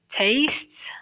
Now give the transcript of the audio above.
tastes